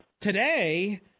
today